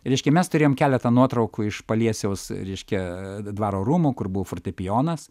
reiškia mes turėjom keletą nuotraukų iš paliesiaus reiškia dvaro rūmų kur buvo fortepijonas